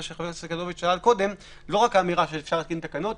לא רק האמירה שאפשר להתקין תקנות,